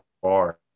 far